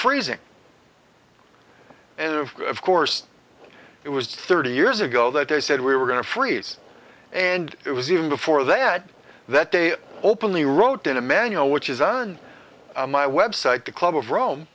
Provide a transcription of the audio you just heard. freezing and of course it was thirty years ago that they said we were going to freeze and it was even before that that they openly wrote in a manual which is on my website the club of rome